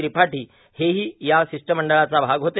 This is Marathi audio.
त्रिपाठी हे हों या शिष्टमंडळाचा भाग होते